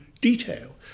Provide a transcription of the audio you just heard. detail